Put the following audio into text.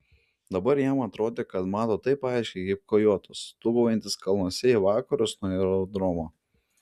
dabar jam atrodė kad mato taip aiškiai kaip kojotas stūgaujantis kalnuose į vakarus nuo aerodromo